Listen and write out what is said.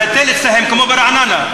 כן, אבל ההיטל אצלם כמו ברעננה.